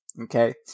okay